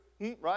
right